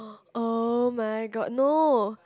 oh-my-god no